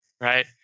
Right